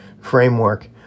framework